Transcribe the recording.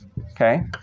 okay